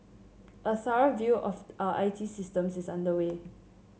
a thorough review of our I T systems is underway